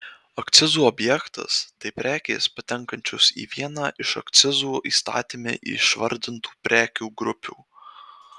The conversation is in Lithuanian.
akcizų objektas tai prekės patenkančios į vieną iš akcizų įstatyme išvardintų prekių grupių